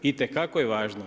Itekako je važno.